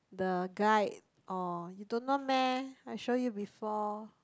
the guide or you don't know meh I show you before